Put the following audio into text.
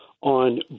on